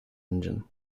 engine